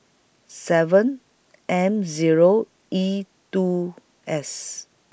seven M Zero E two S